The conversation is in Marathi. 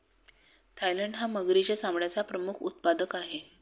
थायलंड हा मगरीच्या चामड्याचा प्रमुख उत्पादक आहे